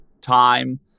time